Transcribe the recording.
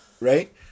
right